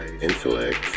Intellect